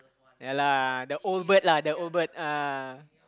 ya lah the old bird lah the old bird ah